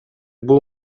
бул